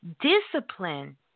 discipline